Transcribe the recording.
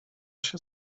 się